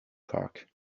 park